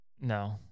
No